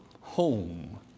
home